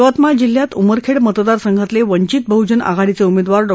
यवतमाळ जिल्ह्यात उमरखेड मतदार संघातले वंचित बहजन आघाडीचे उमेदवार डॉ